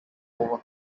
over